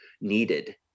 needed